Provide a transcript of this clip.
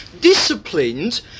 disciplined